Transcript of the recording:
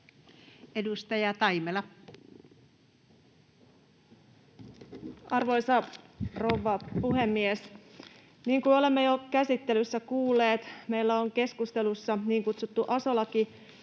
19:26 Content: Arvoisa rouva puhemies! Niin kuin olemme jo käsittelyssä kuulleet, meillä on keskustelussa niin kutsuttu aso-laki,